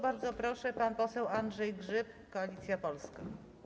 Bardzo proszę, pan poseł Andrzej Grzyb, Koalicja Polska.